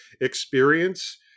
experience